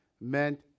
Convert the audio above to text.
meant